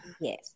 Yes